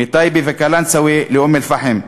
מטייבה וקלנסואה לאום-אלפחם.